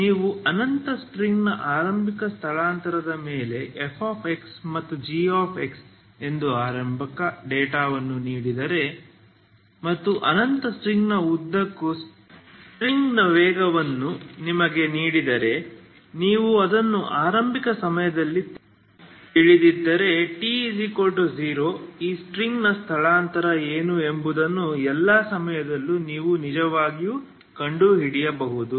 ನೀವು ಅನಂತ ಸ್ಟ್ರಿಂಗ್ನ ಆರಂಭಿಕ ಸ್ಥಳಾಂತರದ ಮೇಲೆ f ಮತ್ತು g ಎಂದು ಆರಂಭಿಕ ಡೇಟಾವನ್ನು ನೀಡಿದರೆ ಮತ್ತು ಅನಂತ ಸ್ಟ್ರಿಂಗ್ನ ಉದ್ದಕ್ಕೂ ಸ್ಟ್ರಿಂಗ್ನ ವೇಗವನ್ನು ನಿಮಗೆ ನೀಡಿದರೆ ನೀವು ಅದನ್ನು ಆರಂಭಿಕ ಸಮಯದಲ್ಲಿ ತಿಳಿದಿದ್ದರೆ t0 ಈ ಸ್ಟ್ರಿಂಗ್ನ ಸ್ಥಳಾಂತರ ಏನು ಎಂಬುದನ್ನು ಎಲ್ಲಾ ಸಮಯದಲ್ಲೂ ನೀವು ನಿಜವಾಗಿಯೂ ಕಂಡುಹಿಡಿಯಬಹುದು